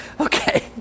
okay